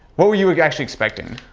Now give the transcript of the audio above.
what were you were you actually expecting?